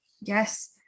yes